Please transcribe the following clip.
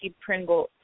Pringle